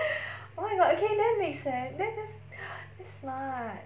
oh my god okay that makes sense then that's that's smart